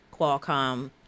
Qualcomm